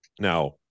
Now